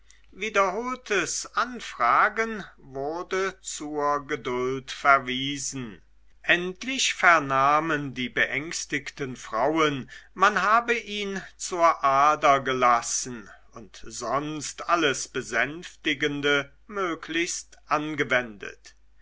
wiederholtes anfragen wurde zur geduld verwiesen endlich vernahmen die beängstigten frauen man habe ihm zur ader gelassen und sonst alles besänftigende möglichst angewendet